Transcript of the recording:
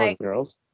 girls